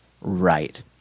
right